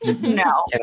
no